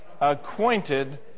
acquainted